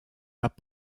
pas